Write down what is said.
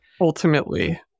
Ultimately